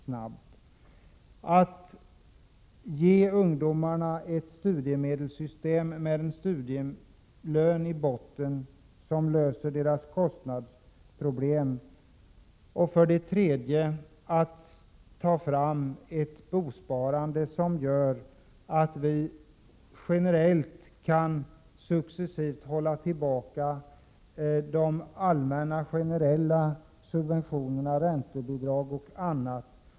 Centern föreslår införande av ett studiemedelssystem för 109 ungdomarna med en studielön i botten, som löser deras kostnadsproblem. Slutligen föreslår centern ett bosparande som gör att vi successivt kan hålla tillbaka de allmänna generella subventionerna, räntebidragen och annat.